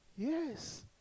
Yes